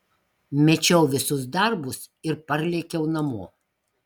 mečiau visus darbus ir parlėkiau namo